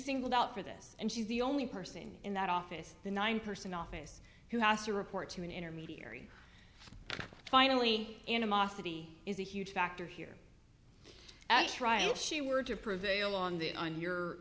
singled out for this and she's the only person in that office the nine percent office who has to report to an intermediary finally animosity is a huge factor here extra if she were to prevail on that on your